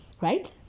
right